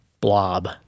blob